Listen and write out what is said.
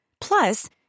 Plus